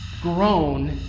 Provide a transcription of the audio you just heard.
grown